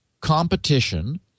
competition